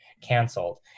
canceled